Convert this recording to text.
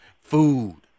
food